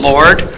Lord